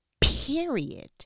Period